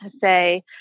say